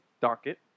docket